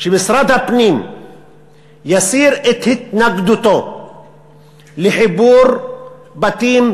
שמשרד הפנים יסיר את התנגדותו לחיבור בתים,